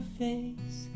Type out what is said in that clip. face